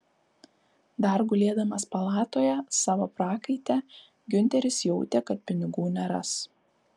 dar gulėdamas palatoje savo prakaite giunteris jautė kad pinigų neras